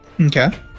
okay